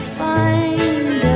find